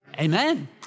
Amen